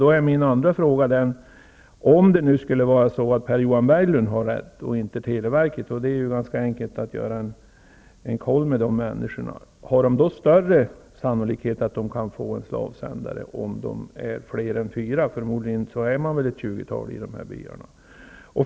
Därför är min andra fråga: Om det skulle visa sig att Per-Johan Berglund har rätt och inte televerket -- och det är ganska enkelt att kontrollera -- skulle sannolikheten att man fick en slavsändare då vara större? Förmodligen handlar det om ett tjugotal hushåll i dessa byar.